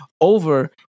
over